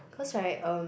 cause right um